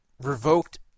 revoked